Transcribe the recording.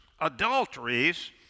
adulteries